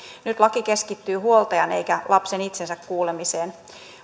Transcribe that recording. nyt laki keskittyy huoltajan eikä lapsen itsensä kuulemiseen